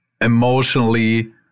emotionally